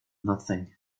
nothing